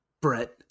Brett